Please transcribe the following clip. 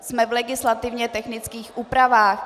Jsme v legislativně technických úpravách.